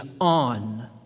on